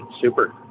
super